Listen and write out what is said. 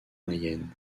mayenne